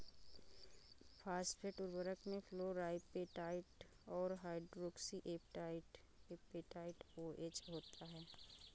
phosphate उर्वरक में fluorapatite और हाइड्रोक्सी एपेटाइट ओएच होता है